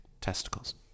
testicles